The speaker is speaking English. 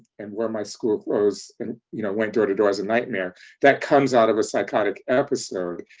and wear my school clothes, and you know, went door to door as a nightmare that comes out of a psychotic episode.